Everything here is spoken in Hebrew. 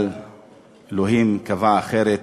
אבל אלוהים קבע אחרת,